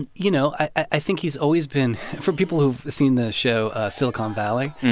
and you know, i think he's always been for people who've seen the show silicon valley,